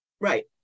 Right